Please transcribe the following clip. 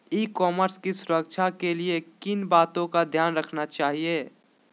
ई commerce की सुरक्षा के लिए किन बातों का ध्यान रखना चाहिए?